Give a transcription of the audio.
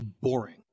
Boring